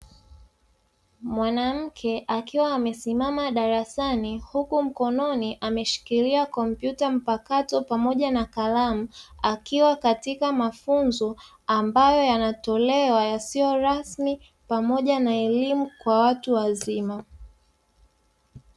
Mwanamke akiwa amesimama darasani huku mkononi ameshikilia kompyuta mpakato pamoja na kalamu akiwa katika mafunzo ambayo yanatolewa yasiyo rasmi pamoja na elimu kwa watu wazima.